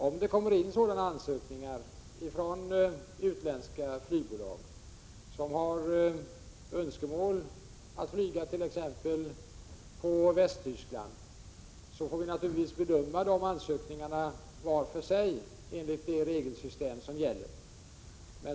Om utländska flygbolag ansöker om att få flyga t.ex. på Västtyskland, får vi naturligtvis bedöma de ansökningarna var för sig enligt det regelsystem som gäller.